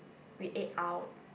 we ate out